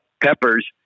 peppers